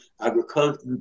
agriculture